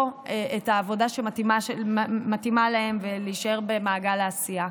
את העבודה שמתאימה להם ולהישאר במעגל העשייה.